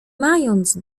mając